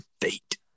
fate